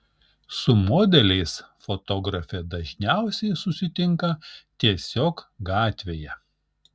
su modeliais fotografė dažniausiai susitinka tiesiog gatvėje